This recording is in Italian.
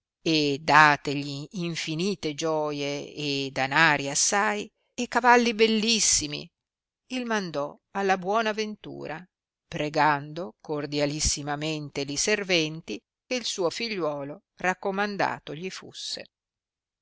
e dategli infinite gioie e danari assai e cavalli bellissimi il mandò alla buona ventura pregando cordialissimamente li serventi che il suo figliuolo raccomandato gli fusse